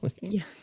Yes